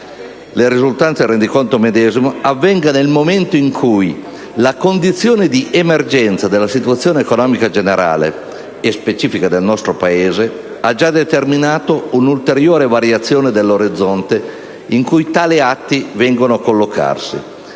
le risultanze del rendiconto medesimo, avvenga nel momento in cui la condizione di emergenza della situazione economica generale e specifica del nostro Paese ha già determinato un'ulteriore variazione dell'orizzonte in cui tali atti vengono a collocarsi.